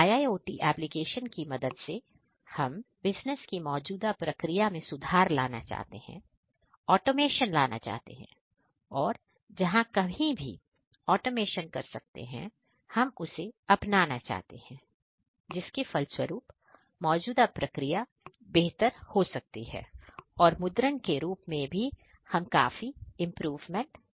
IIOT application की मदद से हम बिजनेस की मौजूदा प्रक्रिया में सुधार लाना चाहते हैं ऑटोमेशन लाना चाहते हैं और जहां कहीं भी ऑटोमेशन कर सकते हैं हम उसे अपनाना चाहते हैं जिसके फल स्वरुप मौजूदा प्रक्रिया बेहतर हो सकती है और मुद्रण के रूप में भी हम काफी इंप्रूवमेंट कर सकते हैं